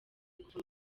kuva